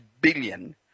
billion